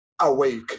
awake